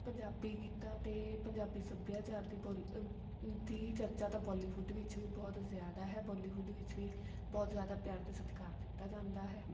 ਪੰਜਾਬੀ ਗੀਤਾਂ ਅਤੇ ਪੰਜਾਬੀ ਸੱਭਿਆਚਾਰ ਦੀ ਬੋਲ ਦੀ ਚਰਚਾ ਤਾਂ ਬੋਲੀਵੁੱਡ ਵਿੱਚ ਵੀ ਬਹੁਤ ਜ਼ਿਆਦਾ ਹੈ ਬੋਲੀਵੁੱਡ ਵਿੱਚ ਵੀ ਬਹੁਤ ਜ਼ਿਆਦਾ ਪਿਆਰ ਅਤੇ ਸਤਿਕਾਰ ਦਿੱਤਾ ਜਾਂਦਾ ਹੈ